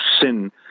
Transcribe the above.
sin